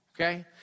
okay